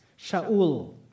Shaul